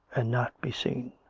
and not be seen.